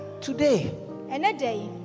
Today